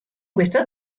questo